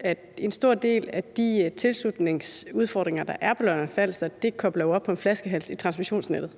at en stor del af de tilslutningsudfordringer, der er på Lolland-Falster, handler om en flaskehals i transmissionsnettet?